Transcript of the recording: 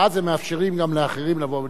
ואז הם מאפשרים גם לאחרים לבוא ולהצטרף.